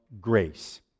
grace